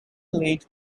late